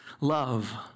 love